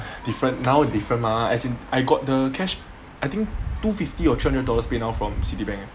different now different mah as in I got the cash I think two fifty or three hundred dollars PayNow from Citibank leh